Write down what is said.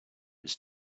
its